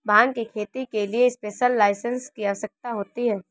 भांग की खेती के लिए स्पेशल लाइसेंस की आवश्यकता होती है